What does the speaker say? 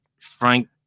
Frank